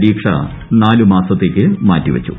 പരീക്ഷ നാല് മാസത്തേക്ക് മാറ്റിവച്ചു